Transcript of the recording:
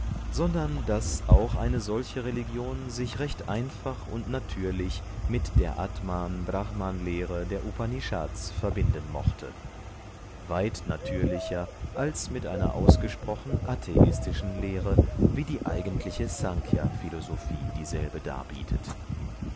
sondern daß auch eine solche religion sich recht einfach und natürlich mit der atman brahman lehre der upanishads verbinden mochte weit natürlicher als mit einer ausgesprochen atheistischen lehre wie die eigentliche snkhya philosophie dieselbe darbietet